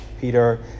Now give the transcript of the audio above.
Peter